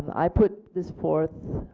i put this forth,